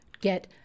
get